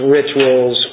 rituals